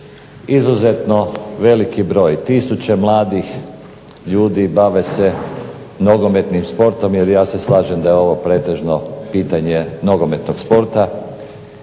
Izuzetno veliki broj, tisuće mladih ljudi bave se nogometnim sportom, jer ja se slažem da je ovo pretežno pitanje nogometnog sporta.